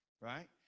Right